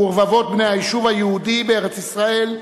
ורבבות בני היישוב היהודי בארץ-ישראל,